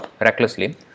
recklessly